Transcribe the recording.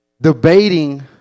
debating